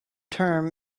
term